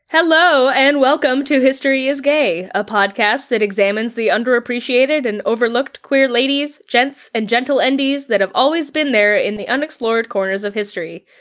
hello and welcome to history is gay, a podcast that examines the underappreciated and overlooked queer ladies, gents and gentle-enbies that have always been there in the unexplored corners of history,